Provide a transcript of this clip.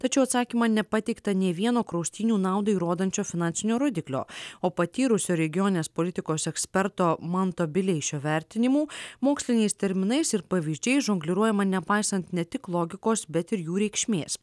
tačiau atsakyme nepateikta nei vieno kraustynių naudą įrodančio finansinio rodiklio o patyrusio regioninės politikos eksperto manto bileišio vertinimu moksliniais terminais ir pavyzdžiais žongliruojama nepaisant ne tik logikos bet ir jų reikšmės